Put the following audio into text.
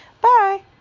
Bye